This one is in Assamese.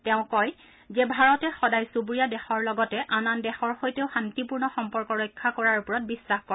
তেওঁ কয় যে ভাৰতে সদায় চুবুৰীয়া দেশৰ লগতে আন আন দেশৰ সৈতেও শান্তিপূৰ্ণ সম্পৰ্ক ৰক্ষা কৰাৰ ওপৰত বিশ্বাস কৰে